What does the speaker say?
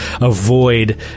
avoid